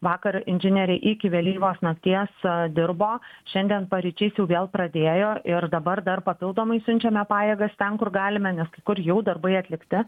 vakar inžinieriai iki vėlyvos nakties dirbo šiandien paryčiais jau vėl pradėjo ir dabar dar papildomai siunčiame pajėgas ten kur galime nes kai kur jau darbai atlikti